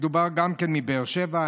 בבאר שבע,